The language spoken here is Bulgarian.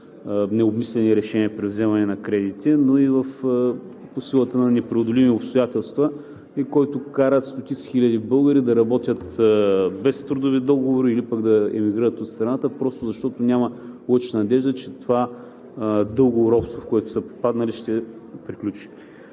необмислени решения при вземане на кредити, но и по силата на непреодолими обстоятелства, и който кара стотици хиляди българи да работят без трудови договори или пък да емигрират от страната, защото няма лъч надежда, че това дълго робство, в което са попаднали, ще приключи.